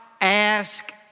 ask